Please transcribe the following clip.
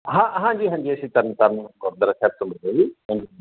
ਹਾਂ ਹਾਂਜੀ ਹਾਂਜੀ ਅਸੀਂ ਤਰਨਤਾਰਨ ਗੁਰਦੁਆਰਾ ਸਾਹਿਬ ਤੋਂ ਬੋਲ ਰਹੇ ਜੀ